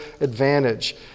advantage